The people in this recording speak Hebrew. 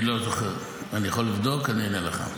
אני לא זוכר, אני יכול לבדוק, אני אענה לך.